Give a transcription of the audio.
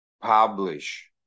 publish